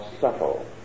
subtle